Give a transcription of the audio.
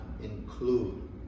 include